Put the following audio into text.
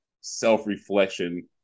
self-reflection